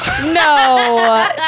No